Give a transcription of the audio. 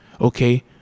okay